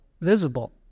visible